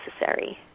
necessary